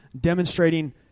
demonstrating